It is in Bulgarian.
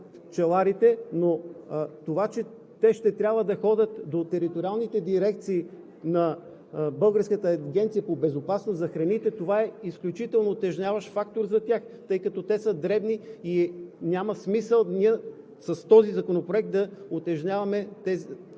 пчеларите, но това, че те ще трябва да ходят до териториалните дирекции на Българската агенция по безопасност на храните е изключително утежняващ фактор за тях, тъй като те са дребни и няма смисъл с този законопроект да бъдат